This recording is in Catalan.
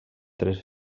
tres